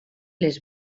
les